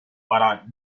para